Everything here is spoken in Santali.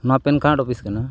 ᱱᱚᱣᱟ ᱯᱮᱱ ᱠᱟᱨᱰ ᱚᱯᱤᱥ ᱠᱟᱱᱟ